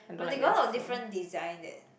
but they got a lot of different design that